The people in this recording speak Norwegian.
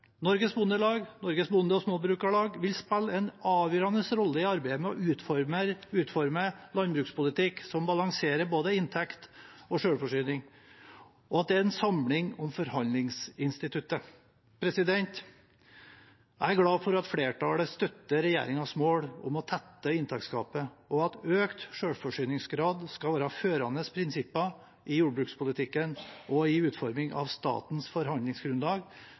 Norges Bondelag og Norsk Bonde- og Småbrukarlag vil spille en avgjørende rolle i arbeidet med å utforme landbrukspolitikk som balanserer både inntekt og selvforsyning, og at det er en samling om forhandlingsinstituttet. Jeg er glad for at flertallet støtter regjeringens mål om å tette inntektsgapet, og at økt selvforsyningsgrad skal være førende prinsipp i jordbrukspolitikken og i utforming av statens forhandlingsgrunnlag